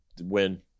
Win